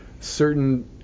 certain